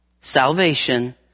salvation